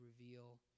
reveal